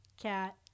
cat